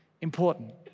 important